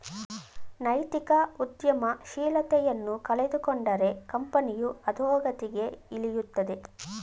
ನೈತಿಕ ಉದ್ಯಮಶೀಲತೆಯನ್ನು ಕಳೆದುಕೊಂಡರೆ ಕಂಪನಿಯು ಅದೋಗತಿಗೆ ಇಳಿಯುತ್ತದೆ